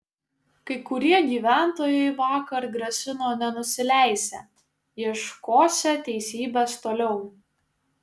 kai kurie gyventojai vakar grasino nenusileisią ieškosią teisybės toliau